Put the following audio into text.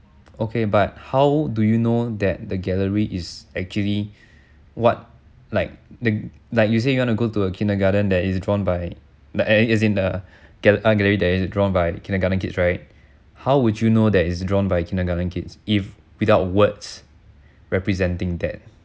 okay but how do you know that the gallery is actually what like like like you say you want to go to a kindergarden that is drawn by as in err art gallery that is drawn by kindergarden kids right how would you know that is drawn by kindergarden kids if without words representing that